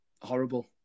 horrible